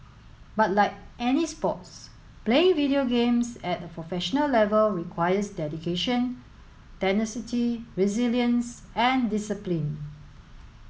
but like any sports playing video games at a professional level requires dedication tenacity resilience and discipline